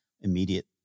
immediate